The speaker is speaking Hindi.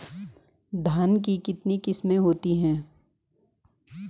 धान की कितनी किस्में होती हैं?